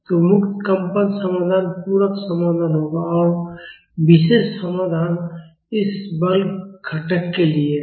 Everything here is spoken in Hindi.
तो मुक्त कंपन समाधान पूरक समाधान होगा और विशेष समाधान इस बल घटक के लिए है